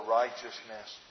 righteousness